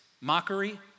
mockery